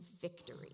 victory